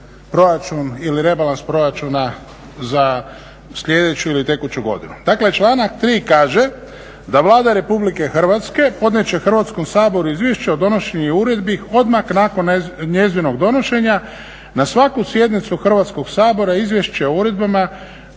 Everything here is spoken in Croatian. proračun ili rebalans proračuna za sljedeću ili tekuću godinu. Dakle članak 3. kaže da Vlada Republike Hrvatske podnijet će Hrvatskom saboru izvješće o donošenju uredbi odmah nakon njezinog donošenja na svaku sjednicu Hrvatskog sabora izvješće o uredbama